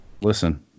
Listen